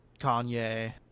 kanye